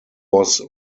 was